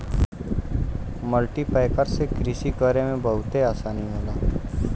cultipacker से कृषि करे में बहुते आसानी होला